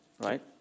right